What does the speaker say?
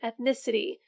ethnicity